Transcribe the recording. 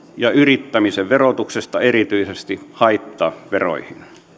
ja yrittämisen verotuksesta erityisesti haittaveroihin